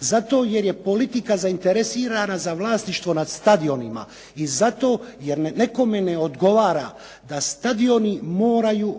zato jer je politika zainteresirana za vlasništvo nad stadionima i zato jer nekome ne odgovara da stadioni moraju